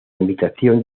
invitación